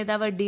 നേതാവ് ഡി